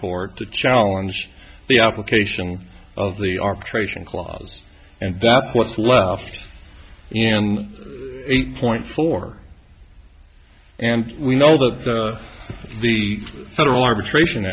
court to challenge the application of the arbitration clause and that's what's left and eight point four and we know that the federal arbitration